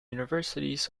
universities